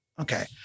Okay